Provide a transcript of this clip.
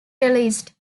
released